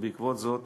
ובעקבות זאת